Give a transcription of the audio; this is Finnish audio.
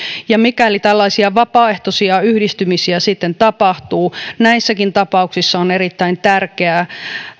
ja mikäli tällaisia vapaaehtoisia yhdistymisiä sitten tapahtuu näissäkin tapauksissa on erittäin tärkeää